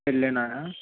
పెళ్ళేనా